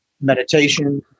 meditation